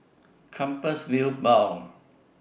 Compassvale Bow